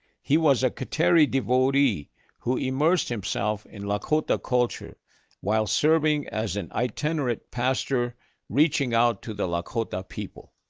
he was a kateri devotee who immersed himself in lakota culture while serving as an itinerant pastor reaching out to the lakota people.